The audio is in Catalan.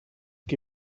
qui